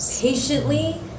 patiently